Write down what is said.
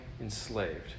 enslaved